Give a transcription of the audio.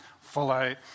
follow